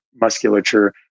musculature